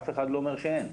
אף אחד לא אומר שאין.